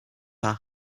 her